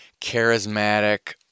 charismatic